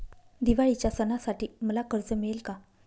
दिवाळीच्या सणासाठी मला कर्ज मिळेल काय?